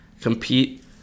compete